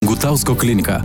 gutausko klinika